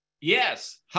yes